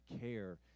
care